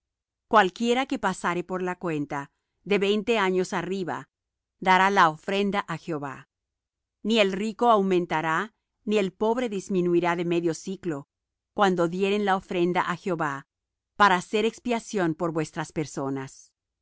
cualquiera que pasare por la cuenta de veinte años arriba dará la ofrenda á jehová ni el rico aumentará ni el pobre disminuirá de medio siclo cuando dieren la ofrenda á jehová para hacer expiación por vuestras personas